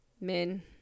men